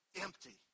empty